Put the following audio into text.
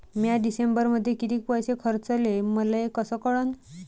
म्या डिसेंबरमध्ये कितीक पैसे खर्चले मले कस कळन?